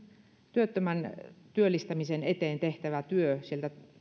työttömän työllistämisen eteen tehtävä työ sieltä